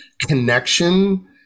connection